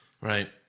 Right